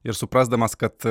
ir suprasdamas kad